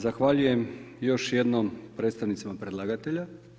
Zahvaljujem još jednom predstavnicima predlagatelja.